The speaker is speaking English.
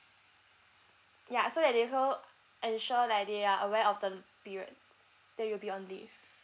ya so that they'll also ensure that they are aware of the period that you'll be on leave